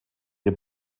ihr